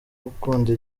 gukunda